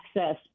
access